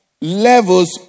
levels